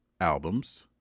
albums